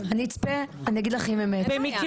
אני אצפה ואני אגיד לך אם הם כך וכך.